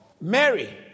Mary